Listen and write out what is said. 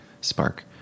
spark